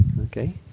Okay